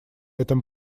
этом